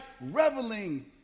reveling